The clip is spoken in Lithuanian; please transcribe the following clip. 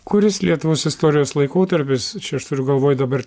kuris lietuvos istorijos laikotarpis čia aš turiu galvoj dabar